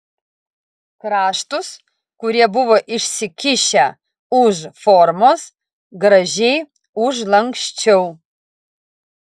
kraštus kurie buvo išsikišę už formos gražiai užlanksčiau